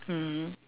mmhmm